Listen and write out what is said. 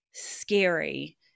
scary